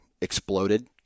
exploded